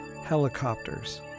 helicopters